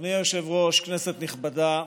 אדוני היושב-ראש, כנסת נכבדה,